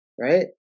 right